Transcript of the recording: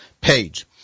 page